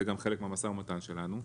זה גם חלק מהמשא ומתן שלנו,